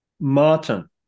Martin